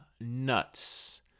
nuts